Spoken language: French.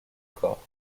corps